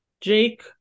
Jake